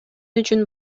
үчүн